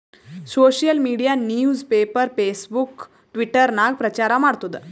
social media newspaper, Facebook, Twitter ನಾಗ್ ಪ್ರಚಾರ್ ಮಾಡ್ತುದ್